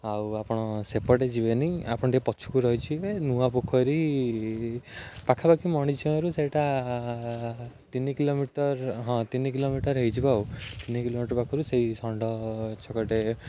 ଆଉ ଆପଣ ସେପଟେ ଯିବେନି ଆପଣ ଟିକେ ପଛୁକୁ ରହିଯିବେ ନୂଆ ପୋଖରୀ ପାଖା ପାଖି ମଣି ଝିଅଁରୁ ସେଇଟା ତିନି କିଲୋମିଟର ହଁ ତିନି କିଲୋମିଟର ହେଇଯିବ ଆଉ ତିନି କିଲୋମିଟର ପାଖରୁ ସେଇ ଷଣ୍ଢ ଛକଟେ